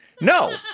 No